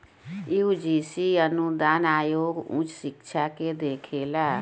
UGC अनुदान आयोग उच्च शिक्षा के देखेला